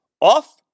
off